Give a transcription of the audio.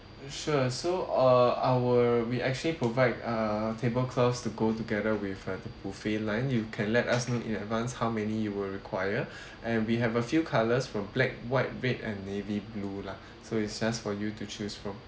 sure so uh our we actually provide uh table cloths to go together with uh the buffet line you can let us know in advance how many you will require and we have a few colours from black white red and navy blue lah so it's just for you to choose from